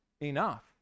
enough